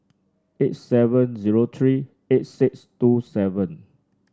eight seven zero three eight six two seven